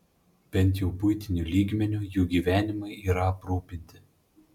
bent jau buitiniu lygmeniu jų gyvenimai yra aprūpinti